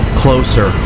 closer